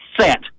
set